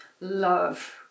love